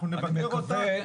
אנחנו נבקר אותה.